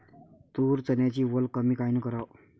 तूर, चन्याची वल कमी कायनं कराव?